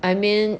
I mean